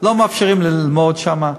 לא מאפשרים ללמוד שם.